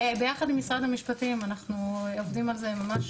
ביחד עם משרד המשפטים אנחנו עובדים על זה ממש,